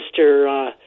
Mr